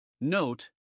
Note